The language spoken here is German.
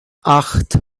acht